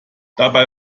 dabei